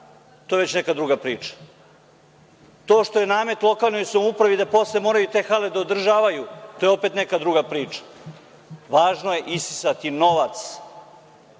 to je već neka druga priča, to što je namet lokalnoj samoupravi da posle moraju te hale da održavaju, to je opet neka druga priča. Važno je isisati novac